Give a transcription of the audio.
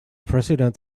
president